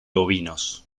ovinos